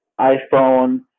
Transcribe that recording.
iPhone